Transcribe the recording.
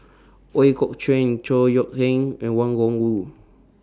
Ooi Kok Chuen Chor Yeok Eng and Wang Gungwu